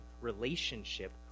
relationship